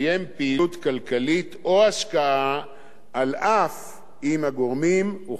כלכלית או השקעה אף אם הגורמים הוכרזו כאמור.